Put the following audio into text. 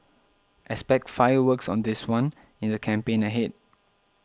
expect fireworks on this one in the campaign ahead